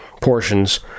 portions